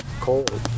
cold